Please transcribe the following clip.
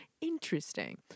Interesting